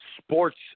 sports